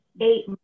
eight